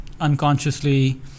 unconsciously